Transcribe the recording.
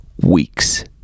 weeks